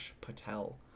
Patel